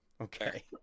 Okay